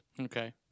Okay